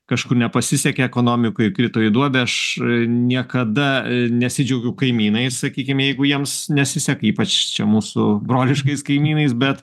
kažkur nepasisekė ekonomikoj įkrito į duobę aš niekada nesidžiaugiu kaimynais sakykim jeigu jiems nesiseka ypač čia mūsų broliškais kaimynais bet